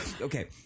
Okay